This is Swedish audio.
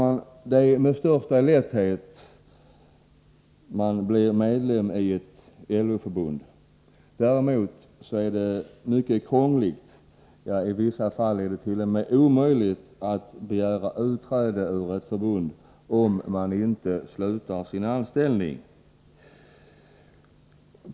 Man blir med största lätthet medlem i ett LO-förbund. Däremot är det mycket krångligt — ja, i vissa fall t.o.m. omöjligt — att begära utträde ur ett förbund, om man inte slutar sin anställning.